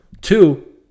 Two